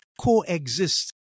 coexist